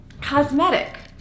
cosmetic